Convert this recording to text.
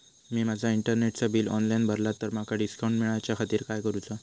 मी माजा इंटरनेटचा bill online भरला तर माका डिस्काउंट मिलाच्या खातीर काय करुचा?